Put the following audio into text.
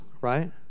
right